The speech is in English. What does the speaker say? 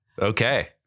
okay